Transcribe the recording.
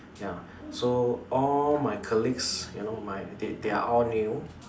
ya so all my colleagues you know my they they are all new